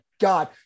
God